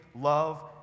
love